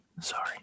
Sorry